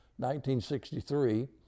1963